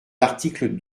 l’article